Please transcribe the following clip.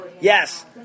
yes